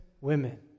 women